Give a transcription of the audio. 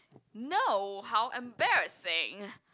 no how embarrassing